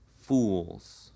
fools